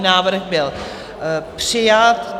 Návrh byl přijat.